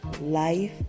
life